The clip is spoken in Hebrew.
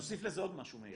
תוסיף לזה עוד משהו, מאיר.